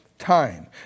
time